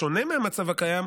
בשונה מהמצב הקיים,